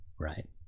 right